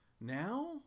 Now